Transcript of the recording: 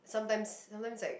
sometimes sometimes like